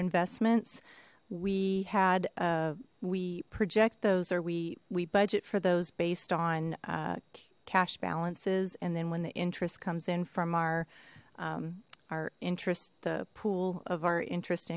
investments we had we project those or we we budget for those based on cash balances and then when the interest comes in from our our interest the pool of our interest